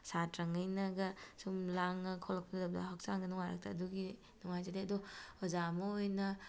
ꯁꯥꯇ꯭ꯔꯉꯩꯅꯒ ꯁꯨꯝ ꯂꯥꯡꯉꯛ ꯈꯣꯠꯂꯛꯄ ꯇꯧꯕꯗꯣ ꯍꯛꯆꯥꯡꯗ ꯅꯨꯡꯉꯥꯏꯔꯛꯇꯦ ꯑꯗꯨꯒꯤ ꯅꯨꯡꯉꯥꯏꯖꯗꯦ ꯑꯗꯣ ꯑꯣꯖꯥ ꯑꯃ ꯑꯣꯏꯅ